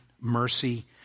mercy